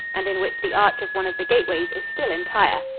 and in which the arch of one of the gateways is still entire.